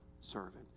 servant